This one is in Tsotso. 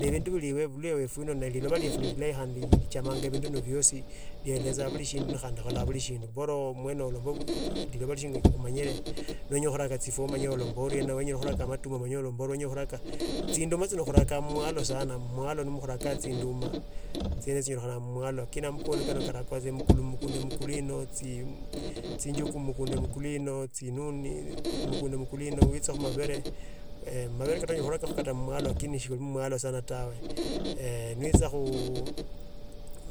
Nevindu vilio vindu vye uifwila liloba lefwe ni lilayi khandi lichama bindu bino byasi ieleza buli shindu khandi khola buli shindu bora mwene olombe lilova singa umanyile noenya khurakho chifwaa umanyeile noenya khurekho chifwaa umanye ulomba uriena matuma ulomba uriena chimbera chino khuraka mumwalo khuraka chinduma, chieno chikhola mumwalo lakini amapwoni ikarakwa mukulu mumukhunda mukulino tsi tsichuku mukhunde mukulino chinune mukhunde mukulino uiche mabele eeh mabele kata nyo kata mumwalo lakini si buli bumwalo sana tawe. eeh no uecha khu